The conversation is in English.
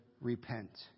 repent